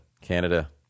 Canada